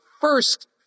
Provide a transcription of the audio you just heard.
first